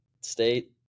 State